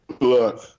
Look